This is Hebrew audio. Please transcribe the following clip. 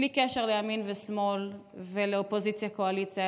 בלי קשר לימין ושמאל ולאופוזיציה וקואליציה,